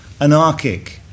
anarchic